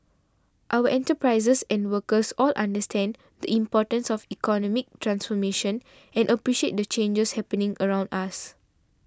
our enterprises and workers all understand the importance of economic transformation and appreciate the changes happening around us